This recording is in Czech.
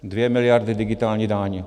Dvě miliardy digitální daň.